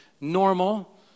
normal